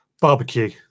Barbecue